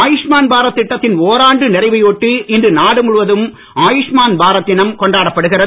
ஆயுஷ்மான் பாரத் திட்டத்தின் ஒராண்டு நிறைவை ஒட்டி இன்று நாடு முழுவதும் ஆயுஷ்மான் பாரத் தினம் கொண்டாடப் படுகிறது